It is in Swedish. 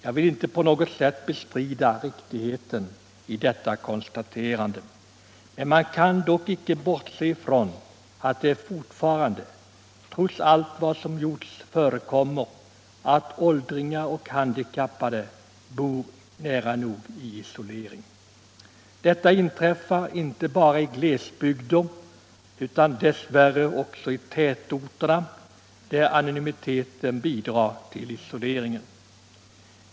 Jag vill inte på något sätt bestrida riktigheten i detta konstaterande, men man kan dock inte bortse från att det fortfarande, trots allt vad som gjorts, förekommer att åldringar och handikappade bor nära nog i isolering. Detta inträffar inte bara i glesbygder, utan dess värre också i tätorterna, där anonymiteten bidrar till isoleringen.